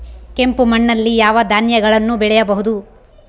ಕೆಂಪು ಮಣ್ಣಲ್ಲಿ ಯಾವ ಧಾನ್ಯಗಳನ್ನು ಬೆಳೆಯಬಹುದು?